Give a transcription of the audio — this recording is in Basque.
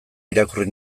irakurri